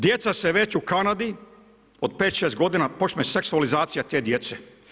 Djeca se već u Kanadi od 5, 6 godina počne seksualizacija te djece.